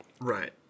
Right